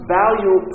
value